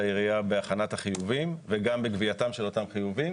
לעירייה בהכנת החיובים וגם בגבייתם של אותם חיובים.